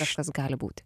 kažkas gali būti